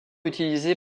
utilisé